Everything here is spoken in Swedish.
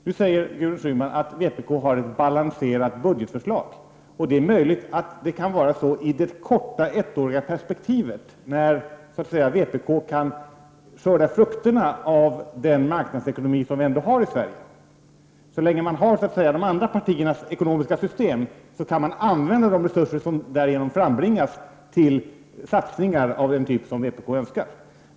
Nu säger Gudrun Schyman att vpk har ett balanserat budgetförslag, och det är möjligt att det kan vara så i det korta, ettåriga perspektivet, där vpk kan skörda frukterna av den marknadsekonomi som vi har i Sverige. Så länge som man har de andra partiernas ekonomiska system kan man använda de resurser som därigenom frambringas till satsningar av den typ som vpk önskar.